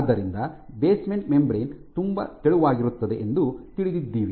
ಆದ್ದರಿಂದ basement membrane ತುಂಬಾ ತೆಳುವಾಗಿರುತ್ತದೆ ಎಂದು ತಿಳಿದಿದ್ದೀವಿ